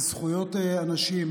ולזכויות אנשים,